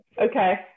Okay